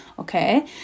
okay